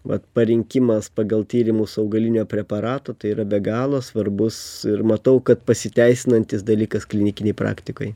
vat parinkimas pagal tyrimus augalinio preparato tai yra be galo svarbus ir matau kad pasiteisinantis dalykas klinikinėj praktikoj